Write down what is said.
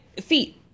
feet